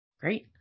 great